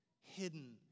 hidden